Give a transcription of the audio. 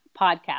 podcast